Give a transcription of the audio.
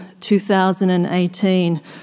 2018